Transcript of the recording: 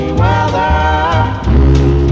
weather